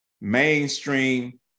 mainstream